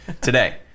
today